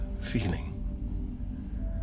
feeling